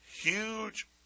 huge